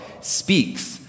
speaks